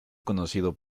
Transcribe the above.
conocido